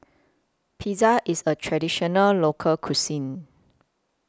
Pizza IS A Traditional Local Cuisine